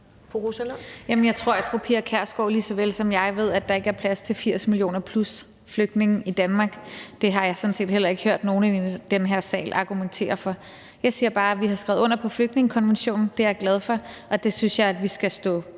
jeg ved, at der ikke er plads til 80+ millioner flygtninge i Danmark. Det har jeg sådan set heller ikke hørt nogen i den her sal argumentere for. Jeg siger bare, at vi har skrevet under på flygtningekonventionen. Det er jeg glad for, og det synes jeg at vi skal stå